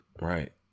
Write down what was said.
Right